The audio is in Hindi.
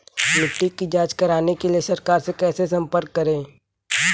मिट्टी की जांच कराने के लिए सरकार से कैसे संपर्क करें?